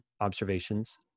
observations